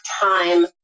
time